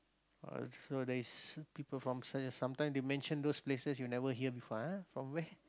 uh so there is people from sometime they mention those places you never hear before !ah! from where